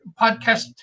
podcast